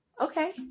Okay